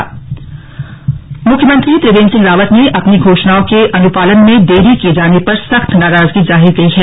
CM समीक्षा मुख्यमंत्री त्रिवेन्द्र सिंह रावत ने अपनी घोषणाओं के अनुपालन में देरी किए जाने पर सख्त नाराजगी जताई है